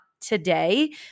today